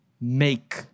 make